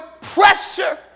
pressure